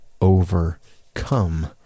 overcome